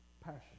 Passion